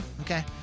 Okay